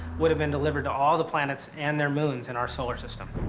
would have been delivered to all the planets and their moons in our solar system.